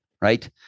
right